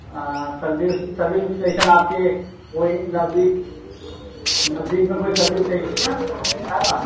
service service station آپ کے وہیں نزدیک نزدیک میں کوئی سروس اسٹیشن ہے آپ کے وہاں